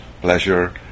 pleasure